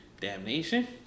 Damnation